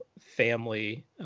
family